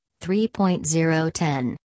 3.010